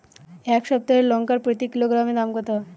এই সপ্তাহের লঙ্কার প্রতি কিলোগ্রামে দাম কত?